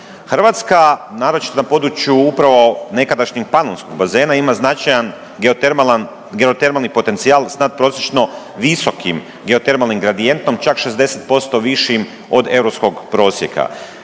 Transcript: Hrvatska, naročito na području upravo nekadašnjeg panonskog bazena ima značajan geotermalan, geotermalni potencijal s nadprosječno visokim geotermalnim gradijentom, čak 60% višim od europskog prosjeka.